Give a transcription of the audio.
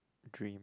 dream